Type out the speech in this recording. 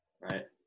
right